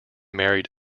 married